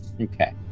Okay